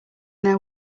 their